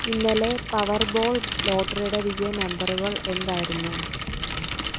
ഇന്നലെ power ball ലോട്ടറിയുടെ വിജയ നമ്പറുകൾ എന്തായിരുന്നു